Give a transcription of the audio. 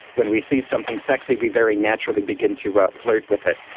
when we see something sexy we very naturally begin to flirt with it.